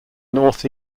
north